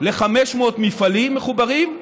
ל-500 מפעלים מחוברים,